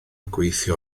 gweithio